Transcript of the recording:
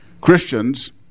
Christians